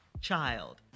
child